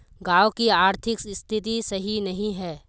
गाँव की आर्थिक स्थिति सही नहीं है?